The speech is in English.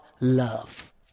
love